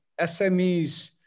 SMEs